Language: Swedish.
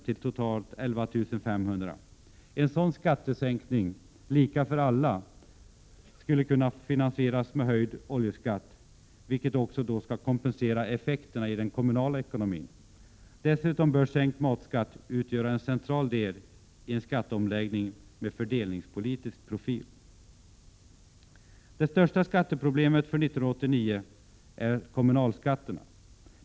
till totalt 11 500 kr. En sådan skattesänkning — lika för alla — skulle kunna finansieras med höjd oljeskatt, vilken också skulle kompensera effekterna i den kommunala ekonomin. Dessutom bör sänkt matskatt utgöra en central del i en skatteomläggning med fördelningspolitisk profil. Det största skatteproblemet för år 1989 är emellertid kommunalskatterna.